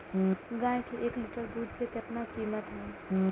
गाय के एक लीटर दूध के कीमत की हय?